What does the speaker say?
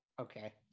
Okay